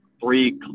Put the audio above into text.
three